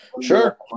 Sure